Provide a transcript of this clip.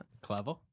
Clever